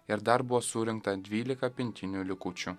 ir dar buvo surinkta dvylika pintinių likučių